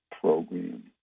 Program